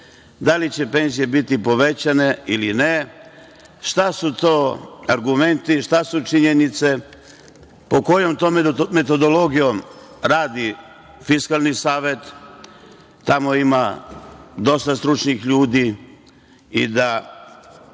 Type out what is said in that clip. da li će penzije biti povećane ili ne. Šta su to argumenti? Šta su činjenice? Po kojom to metodologijom radi Fiskalni savet? Tamo ima dosta stručnih ljudi i da